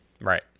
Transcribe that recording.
Right